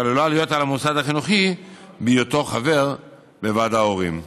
שעלולה להיות על המוסד החינוכי בהיותו חבר בוועד ההורים.